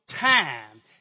time